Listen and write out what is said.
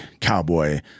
cowboy